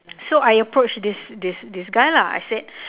so I approached this this this guy lah I said